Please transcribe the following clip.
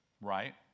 Right